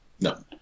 no